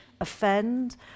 offend